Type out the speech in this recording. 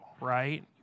right